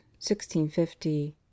1650